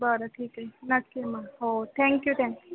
बरं ठीक आहे नक्की मग हो थँक्यू थँक्यू